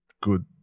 good